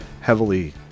heavily